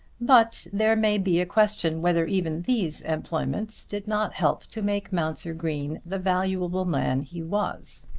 but there may be a question whether even these employments did not help to make mounser green the valuable man he was.